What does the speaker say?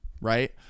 right